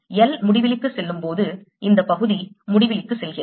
L முடிவிலிக்கு செல்லும்போது இந்த பகுதி முடிவிலிக்கு செல்கிறது